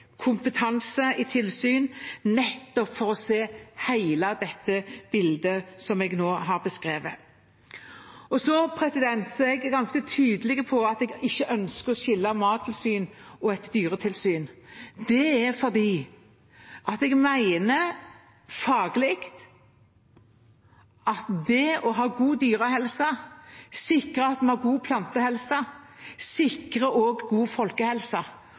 kompetanse i tilsyn, nettopp for å se hele dette bildet som jeg nå har beskrevet. Så er jeg ganske tydelig på at jeg ikke ønsker å skille mattilsyn og et dyretilsyn. Det er fordi jeg mener faglig at det å ha god dyrehelse sikrer at vi har god plantehelse, og sikrer også god folkehelse.